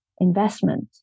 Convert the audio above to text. investment